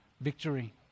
victory